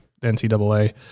NCAA